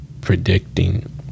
predicting